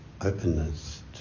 openness